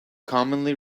commonly